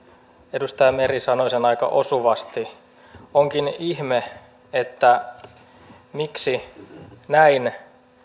edustaja meri sanoi sen aika osuvasti onkin ihme miksi näin